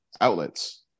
outlets